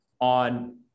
on